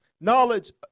knowledge